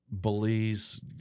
Belize